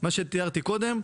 מה שתיארתי קודם.